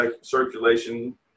circulation